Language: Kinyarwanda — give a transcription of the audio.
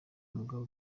mugabo